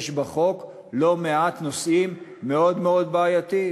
יש בחוק לא מעט נושאים מאוד מאוד בעייתיים.